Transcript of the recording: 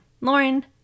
lauren